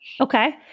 Okay